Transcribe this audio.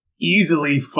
easily